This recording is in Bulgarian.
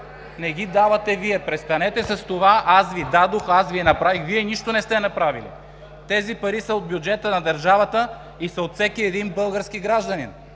Не ги давате Вие! Престанете с това: „Аз Ви дадох, аз Ви направих.“ Вие нищо не сте направили. Тези пари са от бюджета на държавата и са от всеки един български гражданин.